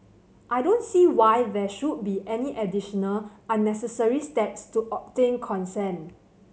I don't see why there should be any additional unnecessary steps to obtain consent